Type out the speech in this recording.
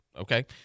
okay